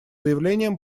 заявлением